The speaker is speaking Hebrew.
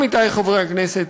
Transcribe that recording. עמיתי חברי הכנסת,